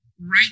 right